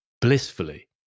blissfully